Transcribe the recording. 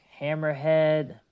Hammerhead